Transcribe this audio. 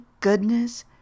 goodness